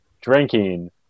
drinking